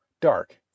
dark